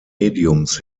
mediums